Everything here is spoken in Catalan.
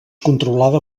controlada